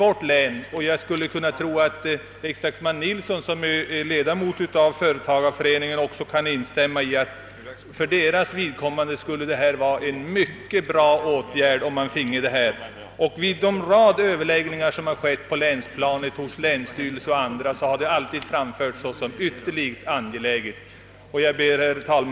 Herr Nilsson i Östersund, som är ledamot av företagareföreningen, kan säkerligen instämma i att det för denna förenings vidkommande skulle vara mycket bra om detta anslag beviljades. Vid en rad överläggningar som har förts på länsplanet har det framförts som synnerligen angeläget att medel för ändamålet ställs till förfogande. Herr talman!